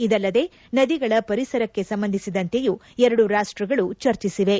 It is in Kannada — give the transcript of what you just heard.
ಇದಲ್ಲದೆ ನದಿಗಳ ಪರಿಸರಕ್ಕೆ ಸಂಬಂಧಿಸಿದಂತೆಯೂ ಎರಡೂ ರಾಷ್ಟ್ರಗಳು ಚರ್ಚಿಸಿವೆ